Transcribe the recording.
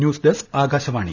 news desk Akashvani